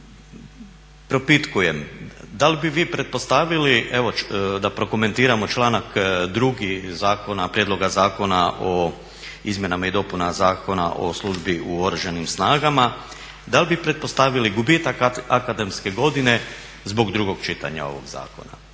da li bi vi pretpostavili, evo da prokomentiramo članak 2. Prijedloga zakona o Izmjenama i dopunama Zakona o službi u Oružanim snagama, da li pretpostavili gubitak akademske godine zbog drugog čitanja ovog zakona.